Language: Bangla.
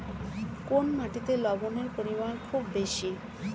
কোন মাটিতে লবণের পরিমাণ খুব বেশি?